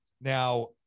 Now